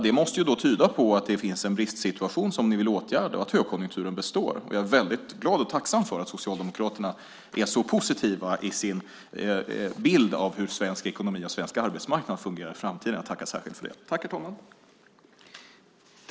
Det måste då tyda på att det finns en bristsituation som ni vill åtgärda och att högkonjunkturen består. Och jag är väldigt glad och tacksam för att Socialdemokraterna är så positiva i sin bild av hur svensk ekonomi och svensk arbetsmarknad fungerar i framtiden. Jag tackar särskilt för det.